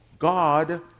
God